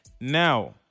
Now